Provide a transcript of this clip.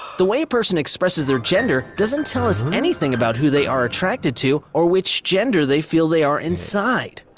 the way a person expresses their gender doesn't tell us anything about who they are attracted to or which gender they feel they are inside.